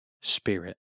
spirit